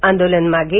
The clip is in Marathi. आंदोलन मागे